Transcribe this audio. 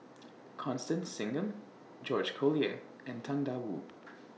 Constance Singam George Collyer and Tang DA Wu